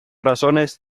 razones